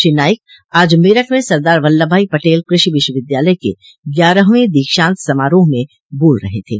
श्री नाईक आज मेरठ में सरदार वल्लभ भाई पटेल कृषि विश्वविद्यालय के ग्यारहवें दीक्षान्त समारोह में बोल रहे थे